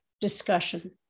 discussion